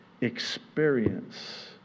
experience